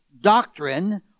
doctrine